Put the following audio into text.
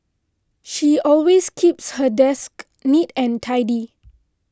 she always keeps her desk neat and tidy